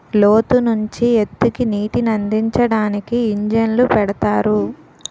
లోతు నుంచి ఎత్తుకి నీటినందించడానికి ఇంజన్లు పెడతారు